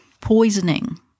poisoning